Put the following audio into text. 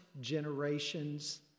generations